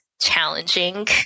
challenging